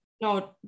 No